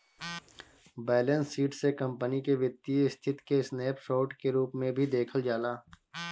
balance sheet से company के वित्तीय स्थिति के स्नैप शोर्ट के रूप में भी देखल जाला